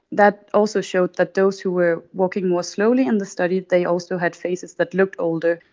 that also showed that those who were walking more slowly in the study, they also had faces that looked older.